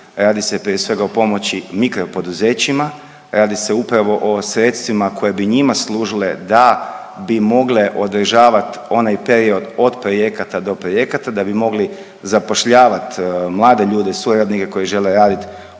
radi se prije svega o pomoći mikropoduzećima, radi se upravo o sredstvima koje bi njima služile da bi mogle odražavat onaj period od projekata do projekata, da bi mogli zapošljavat mlade ljude, suradnike koji žele radit u